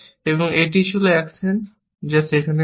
এবং এটিই প্রথম অ্যাকশন যা সেখানে হবে